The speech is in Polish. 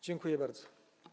Dziękuję bardzo.